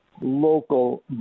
local